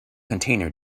container